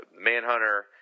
Manhunter